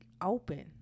open